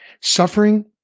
suffering